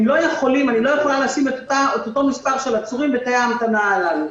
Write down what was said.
אני לא יכולה לשים את אותו מספר של עצורים בתאי ההמתנה הללו.